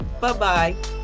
Bye-bye